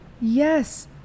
Yes